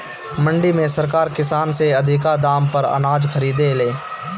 मंडी में सरकार किसान से अधिका दाम पर अनाज खरीदे ले